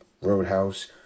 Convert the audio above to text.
Roadhouse